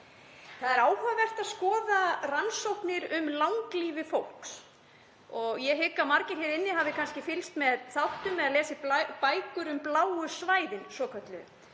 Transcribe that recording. Það er áhugavert að skoða rannsóknir um langlífi fólks og ég hygg að margir hér inni hafi fylgst með þáttum eða lesið bækur um bláu svæðin svokölluðu,